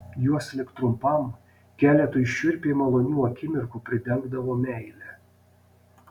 juos lik trumpam keletui šiurpiai malonių akimirkų pridengdavo meile